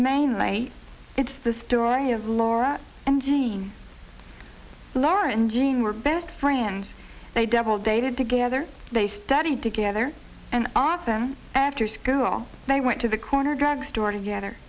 mainly it's the story of laura and jean lauren jean were best friends they double dated together they studied together and often after school they went to the corner drugstore together